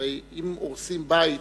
הרי אם הורסים בית